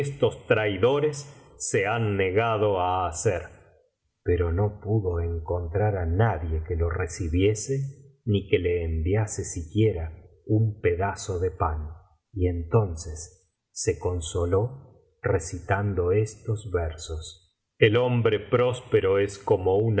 estos traidores se han negado á hacer pero no pudo encontrar á nadie que le recibiese ni que le enviase siquiera un pedazo de pan y entonces se consoló recitando estos versos el hombre próspero es como un